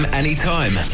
anytime